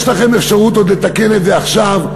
יש לכם אפשרות עוד לתקן את זה עכשיו,